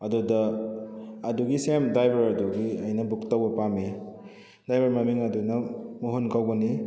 ꯑꯗꯨꯗ ꯑꯗꯨꯒꯤ ꯁꯦꯝ ꯗ꯭ꯔꯥꯏꯕꯔꯗꯨꯒꯤ ꯑꯩꯅ ꯕꯨꯛ ꯇꯧꯕ ꯄꯥꯝꯃꯤ ꯗ꯭ꯔꯥꯏꯕꯔ ꯃꯃꯤꯡ ꯑꯗꯨꯅ ꯃꯣꯍꯣꯟ ꯀꯧꯕꯅꯤ